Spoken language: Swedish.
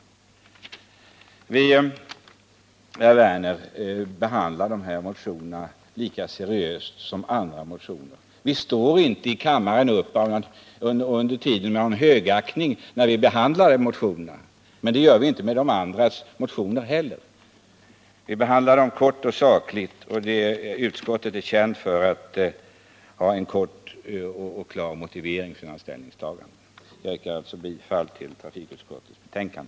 Vi, herr Werner, behandlar dessa motioner lika seriöst som andra motioner. Vi står inte upp av högaktning när vi behandlar motionerna, men det gör vi inte med de andras motioner heller. Vi behandlar dem kort och sakligt, och utskottet är känt för korta och klara motiveringar till sina ställningstaganden. Jag yrkar bifall till trafikutskottets hemställan.